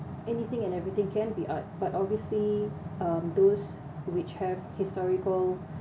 anything and everything can be art but obviously um those which have historical